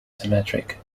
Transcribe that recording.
symmetric